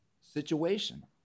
situation